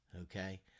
Okay